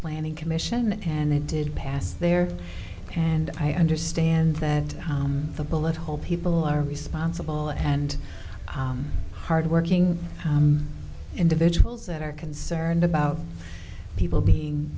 planning commission and it did pass there and i understand that the bullet hole people are responsible and hard working individuals that are concerned about people being